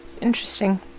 Interesting